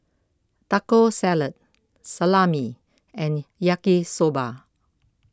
Taco Salad Salami and Yaki Soba